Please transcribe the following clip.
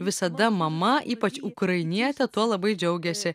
visada mama ypač ukrainietė tuo labai džiaugiasi